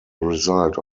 result